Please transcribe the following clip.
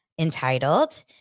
entitled